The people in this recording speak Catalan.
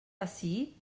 ací